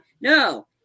No